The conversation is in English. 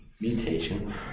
mutation